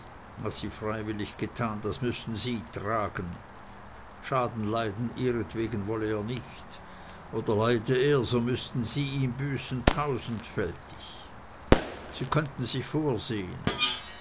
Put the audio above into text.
was sie freiwillig getan das müßten sie tragen schaden leiden ihretwegen wolle er nicht oder leide er so müßten sie ihn büßen tausendfältig sie könnten sich vorsehen